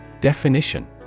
Definition